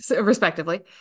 respectively